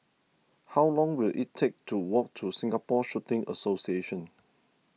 how long will it take to walk to Singapore Shooting Association